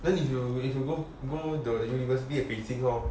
then if you if you go go the the university of beijing lor